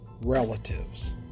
relatives